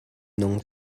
nung